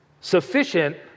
sufficient